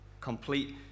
complete